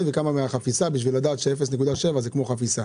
וכמה מהחפיסה כדי לדעת ש-0.7 זה כמו חפיסה?